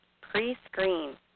Pre-screen